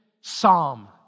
psalm